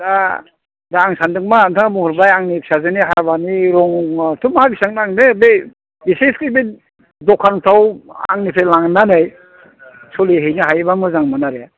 दा दा आं सानदों मा नोंथाङा बुंहरबाय आंनि फिसाजोनि हाबानि लगनुआवथो मा बिसिबां नांनो बे एसेनि बे दखानफ्राव आंनिफ्राइ लांनानै सोलिहैनो हायोबा मोजांमोन आरो